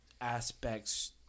aspects